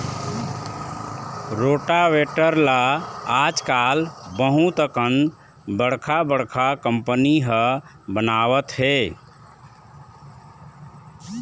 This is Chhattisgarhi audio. रोटावेटर ल आजकाल बहुत अकन बड़का बड़का कंपनी ह बनावत हे